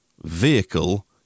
vehicle